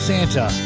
Santa